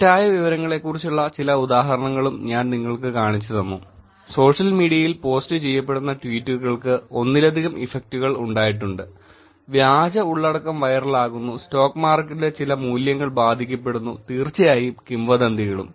തെറ്റായ വിവരങ്ങളെക്കുറിച്ചുള്ള ചില ഉദാഹരണങ്ങളും ഞാൻ നിങ്ങൾക്ക് കാണിച്ചുതന്നു സോഷ്യൽ മീഡിയയിൽ പോസ്റ്റ് ചെയ്യപ്പെടുന്ന ട്വീറ്റുകൾക്ക് ഒന്നിലധികം ഇഫക്റ്റുകൾ ഉണ്ടായിട്ടുണ്ട് വ്യാജ ഉള്ളടക്കം വൈറലാകുന്നു സ്റ്റോക്ക് മാർക്കറ്റിലെ ചില മൂല്യങ്ങൾ ബാധിക്കപ്പെടുന്നു തീർച്ചയായും കിംവദന്തികളും